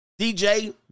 DJ